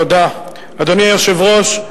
אדוני היושב-ראש,